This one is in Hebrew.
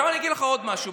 עכשיו אני אגיד לך עוד משהו.